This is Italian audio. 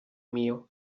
mio